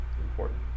important